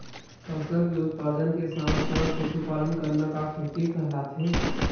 फसल के उत्पादन के साथ साथ पशुपालन करना का खेती कहलाथे?